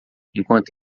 enquanto